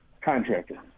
Contractor